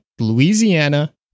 Louisiana